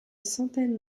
centaines